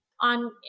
on